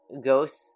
ghosts